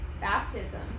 Baptism